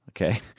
Okay